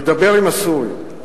ודבר עם הסורים.